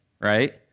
right